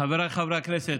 חבריי חברי הכנסת,